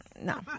No